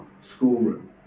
schoolroom